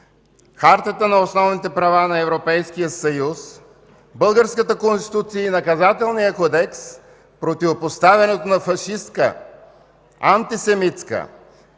Хартата на основните права на Европейския съюз, българската Конституция и Наказателния кодекс проповядването на фашистка, антисемитска